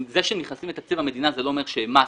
זה שהם נכנסים לתקציב המדינה זה לא אומר שהם מס.